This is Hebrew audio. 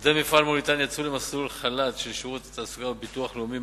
עובדי מפעל "מוליתן" יצאו למסלול חל"ת של שירות התעסוקה וביטוח לאומי,